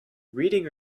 reading